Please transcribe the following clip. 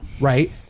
Right